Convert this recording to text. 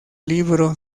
libro